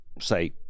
Say